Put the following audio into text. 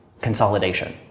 consolidation